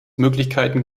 möglichkeiten